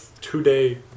two-day